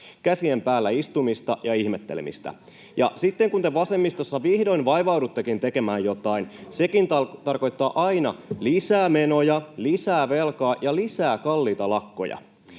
käsien päällä istumista ja ihmettelemistä. Ja sitten, kun te vasemmistossa vihdoin vaivauduttekin tekemään jotain, sekin tarkoittaa aina lisää menoja, lisää velkaa ja lisää kalliita lakkoja.